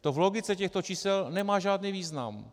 To v logice těchto čísel nemá žádný význam.